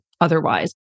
otherwise